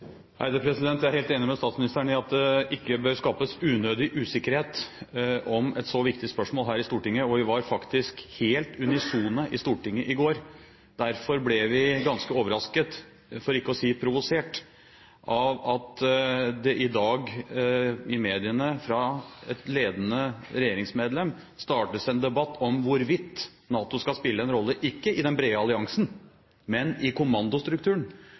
til oppfølgingsspørsmål. Jeg er helt enig med statsministeren i at det ikke bør skapes unødig usikkerhet om et så viktig spørsmål her i Stortinget, og vi var faktisk helt unisone i Stortinget i går. Derfor ble vi ganske overrasket, for ikke å si provosert, over at det i dag i mediene fra et ledende regjeringsmedlem startes en debatt om hvorvidt NATO skal spille en rolle, ikke i den brede alliansen, men i kommandostrukturen.